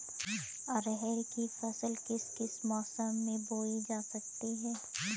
अरहर की फसल किस किस मौसम में बोई जा सकती है?